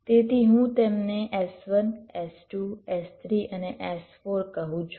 તેથી હું તેમને S1 S2 S3 અને S4 કહું છું